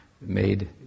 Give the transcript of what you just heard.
made